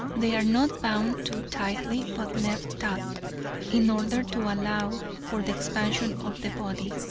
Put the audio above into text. they are not bound too tightly, but left taut in order to allow for the expansion of the body.